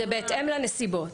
זה בהתאם לנסיבות.